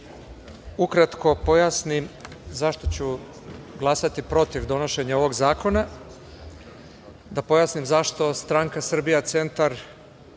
ukratko pojasnim zašto ću glasati protiv donošenja ovog zakona, da pojasnim zašto stranka "Srbija centar"